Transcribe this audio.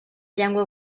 llengua